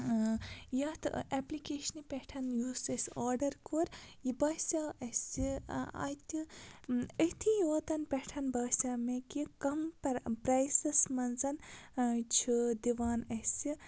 یَتھ اٮ۪پلِکیشنہٕ پٮ۪ٹھ یُس اَسہِ آرڈَر کوٚر یہِ باسیٛو اَسہِ اَتہِ أتھی یوتَن پٮ۪ٹھ باسیٛو مےٚ کہِ کَم پَر پرٛیسَس منٛز چھُ دِوان اَسہِ